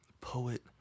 poet